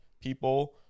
people